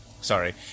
Sorry